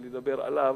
לדבר עליו,